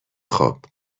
خوب